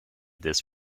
this